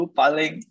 paling